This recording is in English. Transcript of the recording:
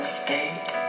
state